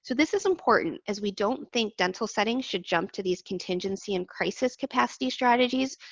so this is important, as we don't think dental settings should jump to these contingency and crisis capacity strategies,